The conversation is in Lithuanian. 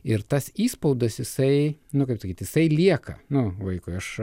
ir tas įspaudas jisai nu kaip sakyt jisai lieka nu vaikui aš